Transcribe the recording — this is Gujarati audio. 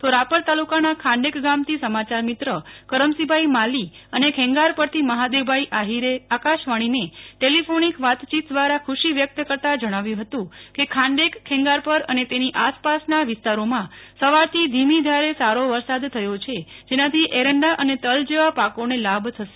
તો રાપર તાલુકાના ખાંડેક ગામથી સમાચાર મિત્ર કરમશીભાઈ માલી અને ખેંગારપરથી મહાદેવભાઈ આઠીર એ આકાશવાણીને ટેલીફોનીક વાતચીત દ્વારા ખુશી વ્યક્ત કરતા જણાવ્યું હતું કે ખાંડેક ખેંગારપર અને તેની આસપાસના વિસ્તારોમાં સવારથી ધીમી ધારે સારો વરસાદ થયો છે જેનાથી એરંડા અને તલ જેવા પાકોને લાભ થશે